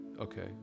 Okay